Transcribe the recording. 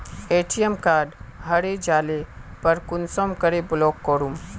ATM card हरे जाले पर कुंसम के ब्लॉक करूम?